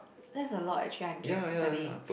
that's a lot eh three hundred per day